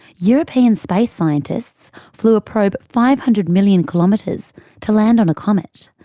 european space scientists flew a probe five hundred million kilometres to land on a comet,